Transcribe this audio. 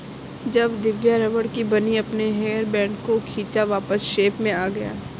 जब दिव्या रबड़ की बनी अपने हेयर बैंड को खींचा वापस शेप में आ गया